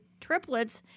triplets